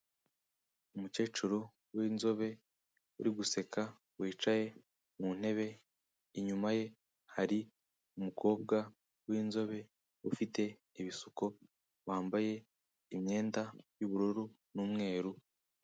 Umukecuru w'inzobe uriguseka wicaye mu ntebe. Inyuma ye hari umukobwa w'inzobe ufite ibisuko, wambaye imyenda y'ubururu n'umweru.